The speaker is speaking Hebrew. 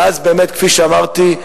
ואז באמת כפי שאמרתי,